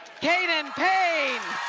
kaden payne.